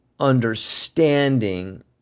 understanding